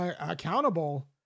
accountable